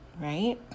Right